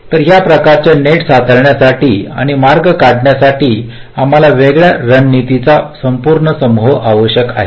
तर या प्रकारचे नेट्स हाताळण्यासाठी आणि मार्ग काढण्यासाठी आम्हाला वेगवेगळ्या रणनीतींचा संपूर्ण समूह आवश्यक आहे